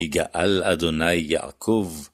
יגאל ה' יעקב